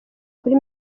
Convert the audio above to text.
kuri